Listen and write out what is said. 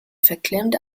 verklemmte